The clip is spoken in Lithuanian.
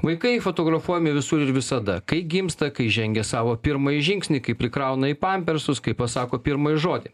vaikai fotografuojami visur ir visada kai gimsta kai žengia savo pirmąjį žingsnį kai prikrauna į pampersus kai pasako pirmąjį žodį